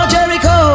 Jericho